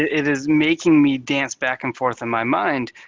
it is making me dance back and forth in my mind,